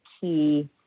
key